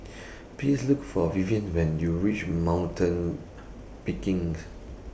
Please Look For Vivien when YOU REACH Mountain